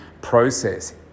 process